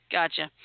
Gotcha